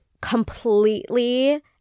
completely